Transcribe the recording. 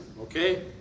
okay